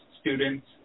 students